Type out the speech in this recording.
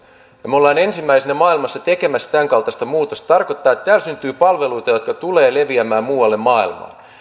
me olemme ensimmäisinä maailmassa tekemässä tämänkaltaista muutosta se tarkoittaa että täällä syntyy palveluita jotka tulevat leviämään muualle